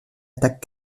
attaque